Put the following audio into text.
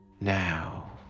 Now